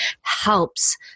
helps